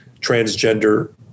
transgender